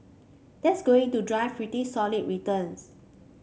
that's going to drive pretty solid returns